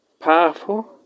Powerful